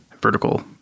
vertical